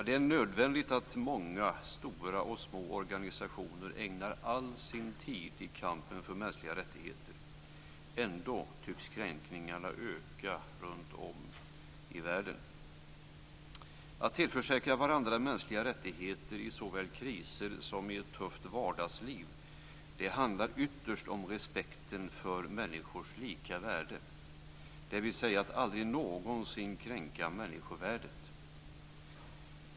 Det är nödvändigt att många stora och små organisationer ägnar all sin tid i kampen för mänskliga rättigheter. Ändå tycks kränkningarna öka runtom i världen. Att tillförsäkra varandra mänskliga rättigheter i såväl kriser som ett tufft vardagsliv handlar ytterst om respekten för människors lika värde, dvs. att aldrig någonsin kränka människovärdet.